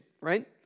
right